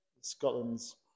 Scotland's